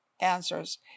answers